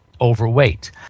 overweight